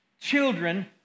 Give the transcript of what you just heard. children